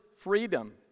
freedom